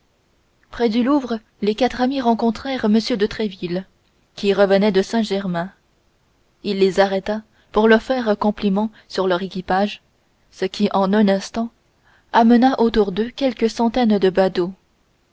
près du louvre les quatre amis rencontrèrent m de tréville qui revenait de saint-germain il les arrêta pour leur faire compliment sur leur équipage ce qui en un instant amena autour d'eux quelques centaines de badauds